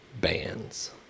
bands